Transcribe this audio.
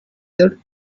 that